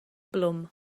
blwm